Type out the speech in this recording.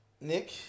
Nick